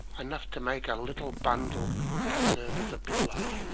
enough to make a little bundle to serve as a pillow.